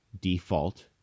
default